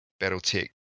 BattleTech